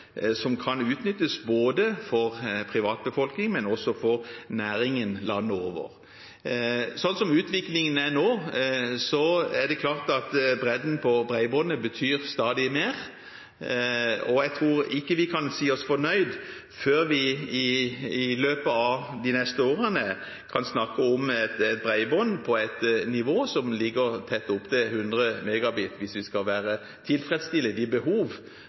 som kan utnyttes både for privatbefolkningen og for næringene landet over. Sånn som utviklingen er nå, er det klart at bredden på bredbåndet betyr stadig mer. Jeg tror ikke vi kan si oss fornøyd før vi i løpet av de neste årene kan snakke om et bredbånd på et nivå som ligger tett opp til 100 MB hvis vi skal tilfredsstille de behov